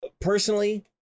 personally